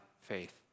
faith